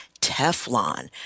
teflon